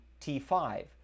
T5